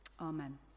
Amen